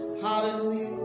Hallelujah